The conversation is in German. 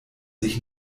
sich